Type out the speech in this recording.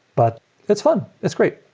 but it's fun. it's great.